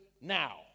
now